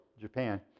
Japan